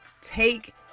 take